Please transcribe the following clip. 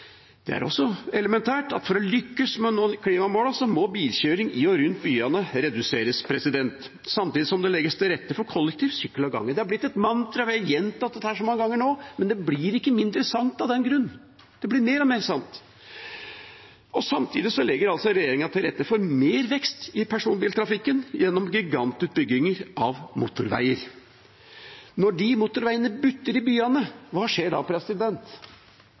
Det er også elementært at for å lykkes med å nå klimamålene må bilkjøring i og rundt byene reduseres, samtidig som det legges til rette for kollektiv, sykkel og gange. Det er blitt et mantra. Vi har gjentatt dette mange ganger nå, men det blir ikke mindre sant av den grunn. Det blir mer og mer sant. Samtidig legger regjeringa til rette for mer vekst i personbiltrafikken gjennom gigantutbygginger av motorveier. Når de motorveiene butter i byene, hva skjer da?